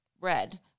red